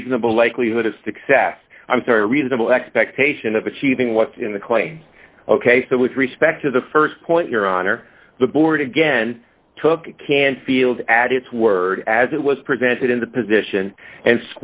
reasonable likelihood of success i'm sorry a reasonable expectation of achieving what's in the clay ok so with respect to the st point your honor the board again took canfield at its word as it was presented in the position and